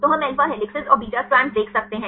तो हम alpha helices और बीटा स्ट्रैंड्स देख सकते हैं